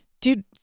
dude